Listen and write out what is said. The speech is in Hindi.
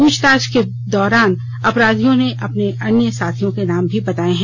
पूछताछ के दौरान अपराधियों ने अपने अन्य साथियों के नाम भी बताए है